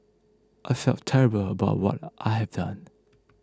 I feel terrible about what I have done